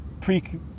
pre